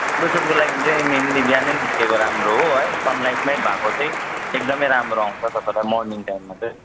photo सुटको लागि चाहिँ मेनली बिहानै निस्केको राम्रो हो है सनलाइटमै भएको चाहिँ एकदमै राम्रो आउँछ तपाईँलाई मर्निङ टाइममा चाहिँ